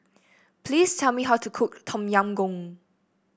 please tell me how to cook Tom Yam Goong